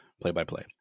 Play-by-play